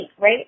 right